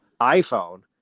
iPhone